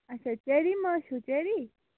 اچھا چیٚری ما حظ چھَو چیٚری